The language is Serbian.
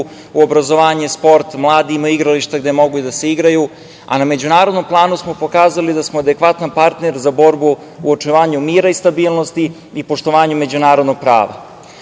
u obrazovanje, sport. Mladi imaju igrališta gde mogu i da se igraju, a na međunarodnom planu smo pokazali da smo adekvatan partner za borbu u očuvanju mira i stabilnosti i poštovanju međunarodnog